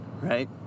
right